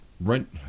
rent